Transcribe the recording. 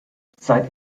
seid